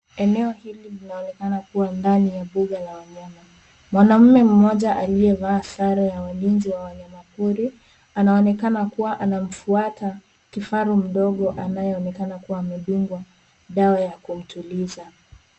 Eneo hili linaonekana kua ndani ya mbuga la wanyama. Mwanaume mmoja aliyevaa sare ya walinzi wa wanyama pori, anaonekana kua anamfuata kifaru mdogo anayeonekana kua amedungwa dawa ya kumtuliza.